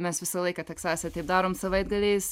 mes visą laiką teksase taip darom savaitgaliais